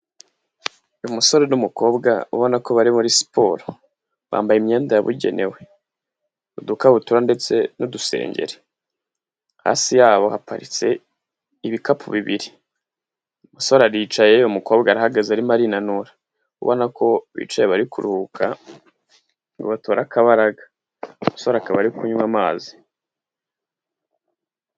Umusore n'umukobwa ubona ko bari muri siporo bambaye imyenda yabugenewe udukabutura ndetse n'udusengeri, hasi yabo haparitse ibikapu bibiri umusore aricaye umukobwa arahagaze arimo arinanura ubona ko bicaye bari kuruhuka batora akabaraga, umusore akaba ari kunywa amazi.